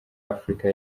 afurika